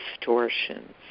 distortions